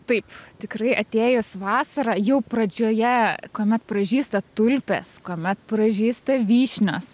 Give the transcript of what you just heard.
taip tikrai atėjus vasarą jau pradžioje kuomet pražysta tulpės kuomet pražysta vyšnios